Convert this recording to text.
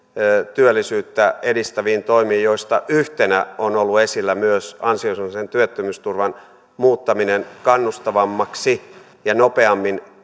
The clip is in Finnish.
työllisyyttä edistäviin toimiin joista yhtenä on ollut esillä myös ansiosidonnaisen työttömyysturvan muuttaminen kannustavammaksi ja nopeammin